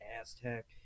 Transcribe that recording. Aztec